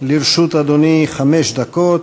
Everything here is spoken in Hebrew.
לרשות אדוני חמש דקות.